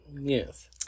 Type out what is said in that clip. Yes